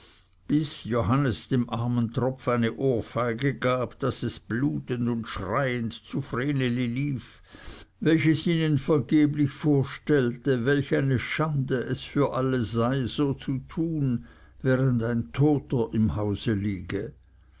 bis johannes dem armen tropf eine ohrfeige gab daß es blutend und schreiend zu vreneli lief welches ihnen vergeblich vorstellte welch eine schande es für alle sei so zu tun während ein toter im hause liege